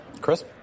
Chris